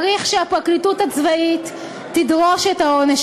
צריך שהפרקליטות הצבאית תדרוש את העונש